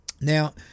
Now